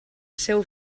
seu